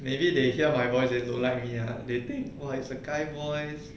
maybe they hear my voice they don't like me ah they think !wah! is a guy voice